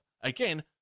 Again